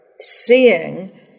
seeing